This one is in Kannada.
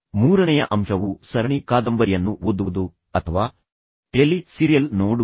ಮೂರನೆಯ ಅಂಶವು ಸರಣಿ ಕಾದಂಬರಿಯನ್ನು ಓದುವುದು ಅಥವಾ ಟೆಲಿ ಸಿರಿಯಲ್ ನೋಡುವುದು